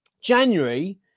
January